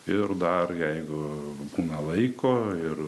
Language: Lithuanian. ir dar jeigu būna laiko ir